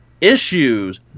issues